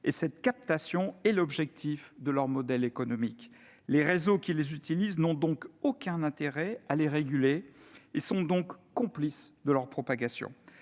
Or cette captation est l'objet même de leur modèle économique. Les réseaux qui les utilisent n'ont donc aucun intérêt à les réguler : ils sont complices de leur propagation.